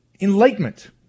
Enlightenment